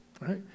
right